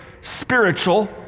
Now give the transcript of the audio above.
spiritual